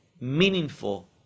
meaningful